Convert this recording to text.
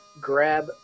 grab